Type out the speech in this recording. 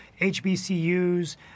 hbcus